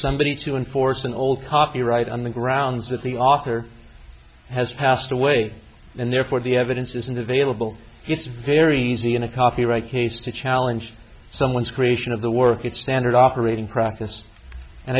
somebody to enforce an old copyright on the grounds that the author has passed away and therefore the evidence isn't available it's very easy in a copyright case to challenge someone's creation of the work it's sanded operating practice and